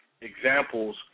examples